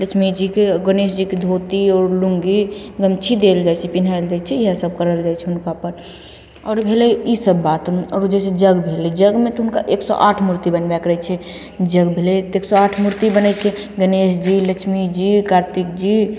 लक्ष्मीजीके गणेश जीके धोती आओर लुङ्गी गमछी देल जाइ छै पहनायल जाइ छै इएह सब करल जाइ छै हुनका पर आओर भेलय ईसब बात आओर जैसे यज्ञ भेलय यज्ञमे तऽ हुनका एक सओ आठ मूर्ति बनबयके रहय छै यज्ञ भेलय तऽ एक सओ आठ मूर्ति बनय छै गणेश जी लक्ष्मी जी कार्तिक जी